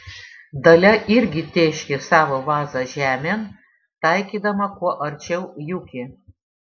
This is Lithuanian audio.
dalia irgi tėškė savo vazą žemėn taikydama kuo arčiau juki